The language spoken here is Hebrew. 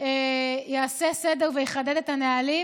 יעשה סדר ויחדד את הנהלים,